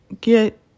get